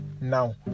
now